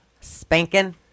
Spanking